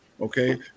okay